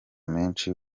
menshi